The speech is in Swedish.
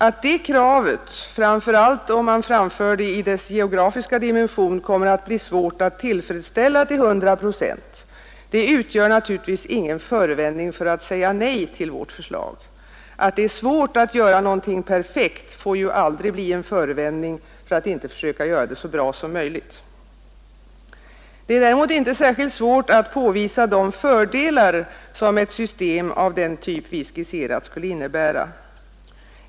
Att det kravet, framför allt om man framför det i dess geografiska dimension, kommer att bli svårt att tillfredsställa till 100 procent utgör naturligtvis ingen förevändning för att säga nej till vårt förslag. Att det är svårt att göra någonting perfekt får aldrig bli en förevändning för att inte försöka göra det så bra som möjligt. Det är däremot inte svårt att påvisa de fördelar som ett system av den typ vi skisserat skulle innebära.